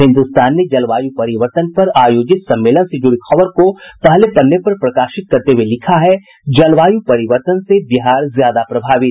हिन्दुस्तान ने जलवायु परिवर्तन पर आयोजित सम्मेलन से जुड़ी खबर को पहले पन्ने पर प्रकाशित करते हुये लिखा है जलवायु परिवर्तन से बिहार ज्यादा प्रभावित